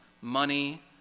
money